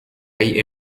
rey